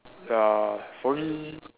ya for me